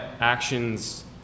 actions